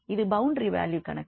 இது boundary value கணக்கு